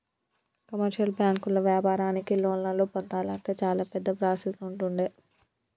commercial బ్యాంకుల్లో వ్యాపారానికి లోన్లను పొందాలంటే చాలా పెద్ద ప్రాసెస్ ఉంటుండే